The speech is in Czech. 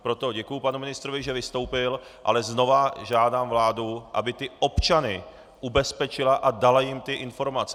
Proto děkuji panu ministrovi, že vystoupil, ale znovu žádám vládu, aby ty občany ubezpečila a dala jim informace.